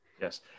Yes